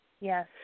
Yes